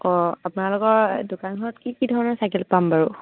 অঁ আপোনালোকৰ দোকানখনত কি কি ধৰণৰ চাইকেল পাম বাৰু